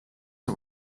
all